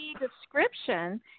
description